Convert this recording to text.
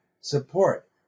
support